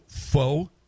faux